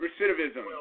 Recidivism